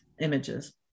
images